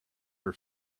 her